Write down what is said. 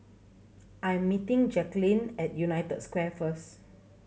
I'm meeting Jacalyn at United Square first